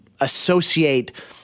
associate